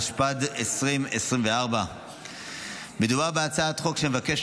התשפ"ד 2024. מדובר בהצעת חוק שמבקשת